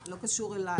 לא קשור אלי.